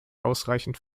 ausreichend